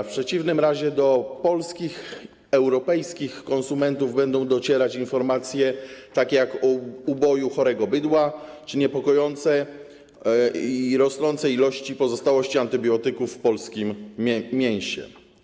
W przeciwnym razie do polskich, europejskich konsumentów będą docierać informacje o uboju chorego bydła czy niepokojących, rosnących pozostałościach antybiotyków w polskim mięsie.